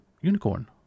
unicorn